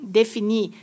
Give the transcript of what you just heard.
definir